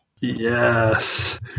Yes